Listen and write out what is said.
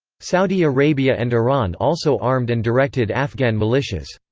saudi arabia and iran also armed and directed afghan militias.